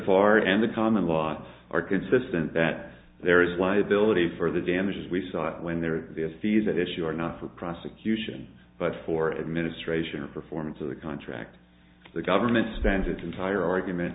far and the common lot are consistent that there is liability for the damages we saw when there is fees that issue are not for prosecution but for administration or performance of the contract the government spends its entire argument